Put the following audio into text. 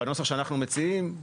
בנוסח שאנחנו מציעים.